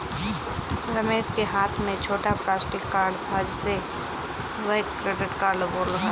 रमेश के हाथ में छोटा प्लास्टिक कार्ड था जिसे वह क्रेडिट कार्ड बोल रहा था